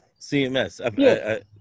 cms